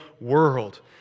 world